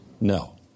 No